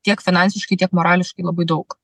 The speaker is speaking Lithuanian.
tiek finansiškai tiek morališkai labai daug